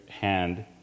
hand